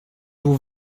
vos